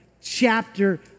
chapter